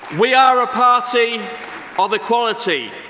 we are a party of equality.